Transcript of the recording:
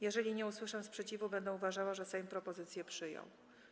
Jeżeli nie usłyszę sprzeciwu, będę uważała, że Sejm propozycję przyjął.